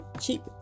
cheap